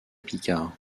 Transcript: picard